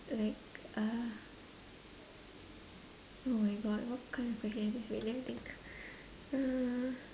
like uh oh my god what kind of question is this wait let me think uh